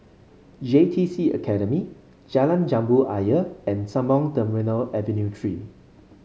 J T C Academy Jalan Jambu Ayer and Sembawang Terminal Avenue Three